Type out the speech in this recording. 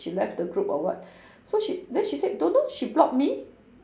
she left the group or what so she then she said don't know she block me